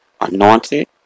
anointed